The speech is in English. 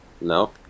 No